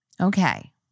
Okay